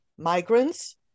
migrants